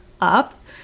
up